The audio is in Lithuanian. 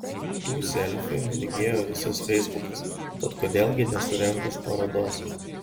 tų selfių mirgėjo visas feisbukas tad kodėl gi nesurengus parodos